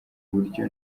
buryo